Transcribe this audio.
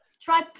Try